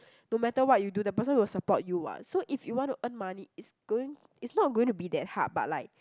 no matter what you do the person will support you what so if you want to earn money it's going it's not going to be that hard but like